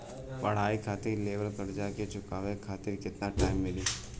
पढ़ाई खातिर लेवल कर्जा के चुकावे खातिर केतना टाइम मिली?